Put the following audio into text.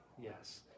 Yes